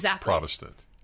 Protestant